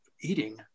eating